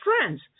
friends